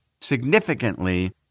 significantly